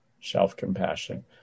self-compassion